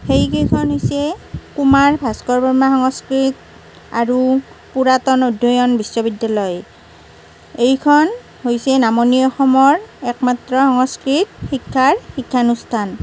সেইকেইখন হৈছে কুমাৰ ভাস্কৰ বৰ্মা সংস্কৃত আৰু পুৰাতন অধ্যয়ন বিশ্ববিদ্যালয় এইখন হৈছে নামনি অসমৰ একমাত্ৰ সংস্কৃত শিক্ষাৰ শিক্ষানুষ্ঠান